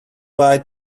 bye